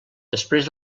després